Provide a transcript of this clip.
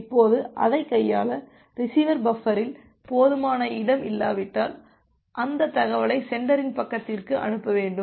இப்போது அதைக் கையாள ரிசீவர் பஃப்பரில் போதுமான இடம் இல்லாவிட்டால் அந்த தகவலை சென்டரின் பக்கத்திற்கு அனுப்ப வேண்டும்